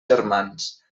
germans